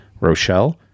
Rochelle